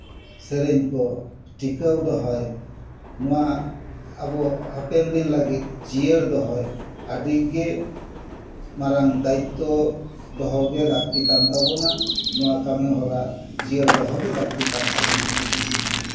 ᱥᱮᱨᱮᱧ ᱠᱚ ᱴᱤᱠᱟᱹᱣ ᱫᱚᱦᱚᱭ ᱱᱚᱣᱟ ᱟᱵᱚ ᱦᱟᱯᱮᱱ ᱫᱤᱱ ᱞᱟᱹᱜᱤᱫ ᱡᱤᱭᱟᱹᱲ ᱫᱚᱦᱚᱭ ᱟᱹᱰᱤᱜᱮ ᱢᱟᱨᱟᱝ ᱫᱟᱭᱤᱛᱛᱚ ᱫᱚᱦᱚ ᱜᱮ ᱞᱟᱹᱠᱛᱤ ᱠᱟᱱ ᱛᱟᱵᱳᱱᱟ ᱱᱚᱣᱟ ᱠᱟᱹᱢᱤ ᱦᱚᱨᱟ ᱡᱤᱭᱟᱹᱲ ᱫᱚᱦᱚ ᱜᱮ ᱞᱟᱹᱠᱛᱤ ᱠᱟᱱ ᱛᱟᱵᱳᱱᱟ